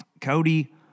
Cody